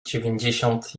dziewięćdziesiąt